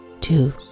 two